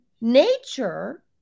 nature